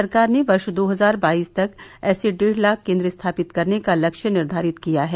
सरकार ने वर्ष दो हजार बाईस तक ऐसे डेढ़ लाख केन्द्र स्थापित करने का लल्य निर्धारित किया है